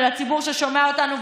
ולציבור ששומע אותנו,